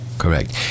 Correct